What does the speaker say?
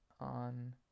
on